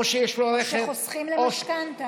או שיש להם רכב, שחוסכים למשכנתה.